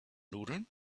nudeln